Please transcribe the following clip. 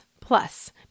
plus